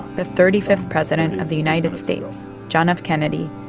the thirty fifth president of the united states, john f. kennedy,